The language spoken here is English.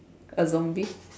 a zombie